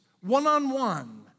one-on-one